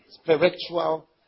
Spiritual